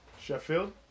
Sheffield